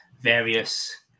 various